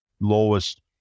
lowest